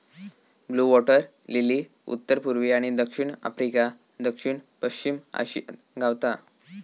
blue water lily उत्तर पुर्वी आणि दक्षिण आफ्रिका, दक्षिण पश्चिम आशियात गावता